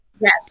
Yes